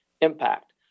impact